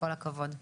כל הכבוד,